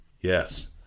yes